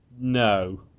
No